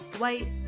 white